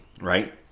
right